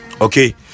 okay